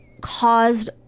caused